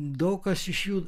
daug kas iš jų